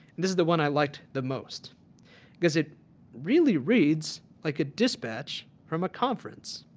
this is the one i like the most because it really reads like a dispatch from a conference.